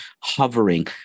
hovering